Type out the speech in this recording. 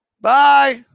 Bye